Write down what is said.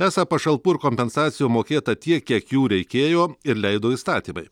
esą pašalpų ir kompensacijų mokėta tiek kiek jų reikėjo ir leido įstatymai